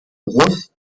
brust